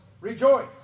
Rejoice